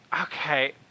Okay